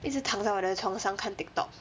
一直躺在我的床上看 TikTok